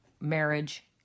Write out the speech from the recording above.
marriage